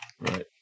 Right